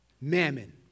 Mammon